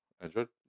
Android